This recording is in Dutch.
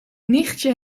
nichtje